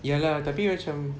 ya lah tapi macam